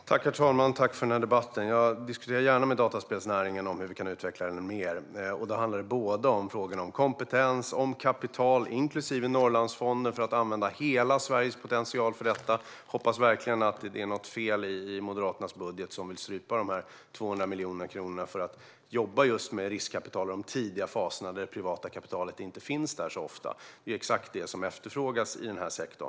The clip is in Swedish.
Herr talman! Jag tackar Isabella Hökmark för debatten. Jag diskuterar gärna med dataspelsnäringen hur vi kan utveckla den mer. Det handlar både om kompetens och om kapital, inklusive Norrlandsfonden för att använda hela Sveriges potential. Jag hoppas verkligen att det är något fel i Moderaternas budget vad gäller att strypa de 200 miljoner kronorna till just riskkapital i de tidiga faserna när det privata kapitalet ofta inte finns. Det är ju exakt det som efterfrågas i denna sektor.